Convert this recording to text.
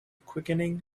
quickening